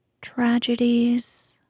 Tragedies